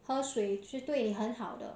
喝水是对你很好的